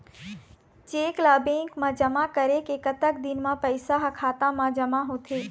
Cheque ला bank मा जमा करे के कतक दिन मा पैसा हा खाता मा जमा होथे थे?